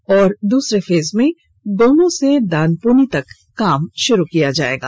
और दूसरे फेज में गोमो से दानपूनी तक काम शुरू होगा